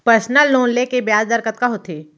Personal loan ले के ब्याज दर कतका होथे?